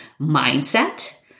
mindset